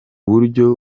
buryo